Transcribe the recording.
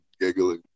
giggling